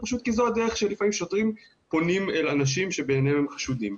פשוט כי זו הדרך שלפעמים שוטרים פונים לאנשים שבעיניהם הם חשודים.